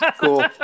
Cool